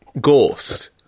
ghost